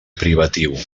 privatiu